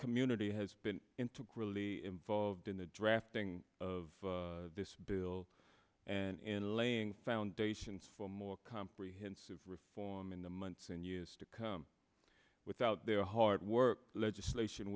community has been in to really involved in the drafting of this bill and laying foundations for more comprehensive reform in the months and years to come without their hard work legislation